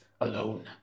alone